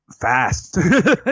fast